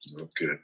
Okay